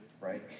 right